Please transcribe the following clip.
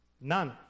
None